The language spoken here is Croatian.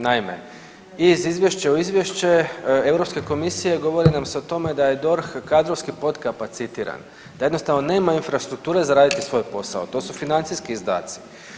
Naime, iz izvješća u izvješće Europske komisije govori nam se o tome da je DORH kadrovski potkapacitiran, da jednostavno nema infrastrukture za raditi svoj posao, to su financijski izdaci.